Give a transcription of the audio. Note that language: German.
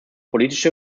politische